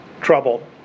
trouble